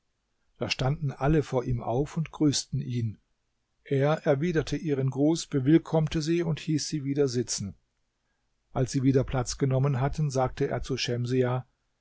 da standen alle vor ihm auf und grüßten ihn er erwiderte ihren gruß bewillkommte sie und hieß sie wieder sitzen als sie wieder platz genommen hatten sagte er zu schemsiah